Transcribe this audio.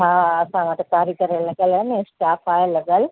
हा हा असां वटि कारीगर लॻियल आहिनि स्टाफ़ आहे लॻियलु